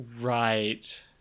Right